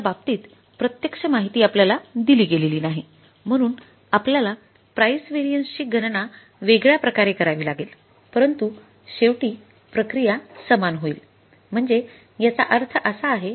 कारण त्या बाबतीत प्रत्यक्ष माहिती आपल्याला दिली गेलेली नाही म्हणून आपल्याला प्राइस व्हेरिएन्स ची गणना वेगळ्या प्रकारे करावी लागेल परंतु शेवटी प्रक्रिया समान होईल म्हणजे याचा अर्थ असा आहे